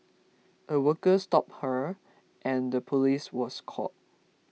a worker stopped her and the police was called